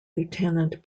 lieutenant